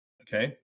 okay